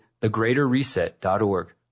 thegreaterreset.org